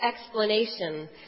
explanation